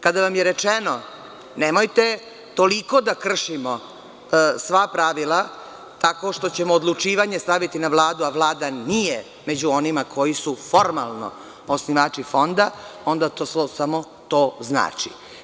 Kada vam je rečeno – nemojte toliko da kršimo sva pravila, tako što ćemo odlučivanje staviti na Vladu, a Vlada nije među onima koji su formalno osnivači Fonda, onda to samo to znači.